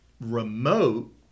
remote